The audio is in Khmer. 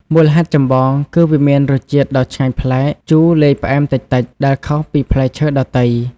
មូលហេតុចម្បង គឺ វាមានរសជាតិដ៏ឆ្ងាញ់ប្លែក ជូរលាយផ្អែមតិចៗ ដែលខុសពីផ្លែឈើដទៃ។